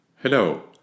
Hello